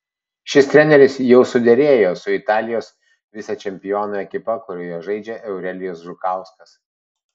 šis treneris jau suderėjo su italijos vicečempionų ekipa kurioje žaidžia eurelijus žukauskas